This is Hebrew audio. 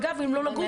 אגב, הם לא נגעו בו.